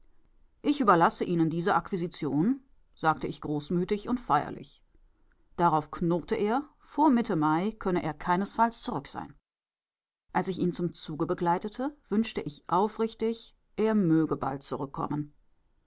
ich überlasse ihnen diese akquisition sagte ich großmütig und feierlich darauf knurrte er vor mitte mai könne er keinesfalls zurück sein als ich ihn zum zuge begleitete wünschte ich aufrichtig er möge bald zurückkommen